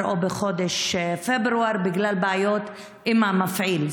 או בחודש פברואר בגלל בעיות עם המפעיל,